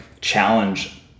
challenge